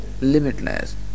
limitless